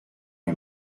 gli